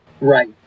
right